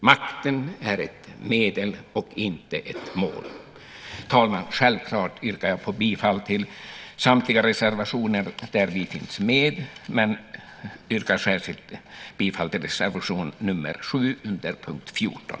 Makten är ett medel och inte ett mål. Herr talman! Självklart yrkar jag bifall till samtliga reservationer där vi finns med, men särskilt yrkar jag bifall till reservation nr 7 under punkt 14.